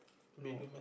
no err